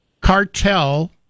cartel